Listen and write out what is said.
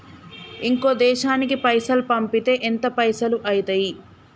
ఇంకో దేశానికి పైసల్ పంపితే ఎంత పైసలు అయితయి?